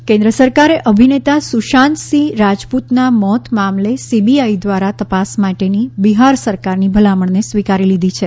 કેન્પ્ સુશાંત કેન્દ્ર સરકારે અભિનેતા સુશાંત સિંહ રાજપૂતનાં મોત મામલે સીબીઆઇ દ્વારા તપાસ માટેની બિહાર સરકારની ભલામણને સ્વીકારી લીધી છે